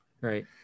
Right